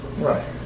Right